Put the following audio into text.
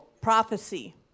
Prophecy